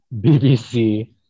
BBC